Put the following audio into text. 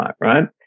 right